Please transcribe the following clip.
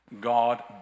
God